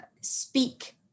speak